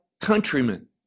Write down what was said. countrymen